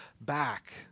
back